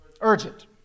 Urgent